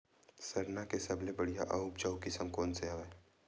सरना के सबले बढ़िया आऊ उपजाऊ किसम कोन से हवय?